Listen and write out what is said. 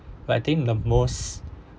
but I think the most